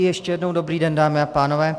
Ještě jednou dobrý den, dámy a pánové.